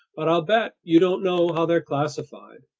but i'll bet you don't know how they're classified.